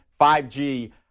5G